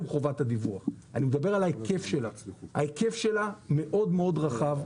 חובת הדיווח אלא אני מדבר על ההיקף שלה הוא מאוד מאוד רחב.